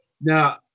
Now